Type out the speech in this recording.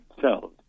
cells